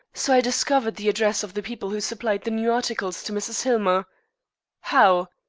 so i discovered the address of the people who supplied the new articles to mrs. hillmer how?